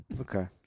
Okay